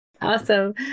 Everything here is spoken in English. Awesome